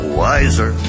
wiser